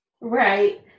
Right